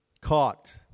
caught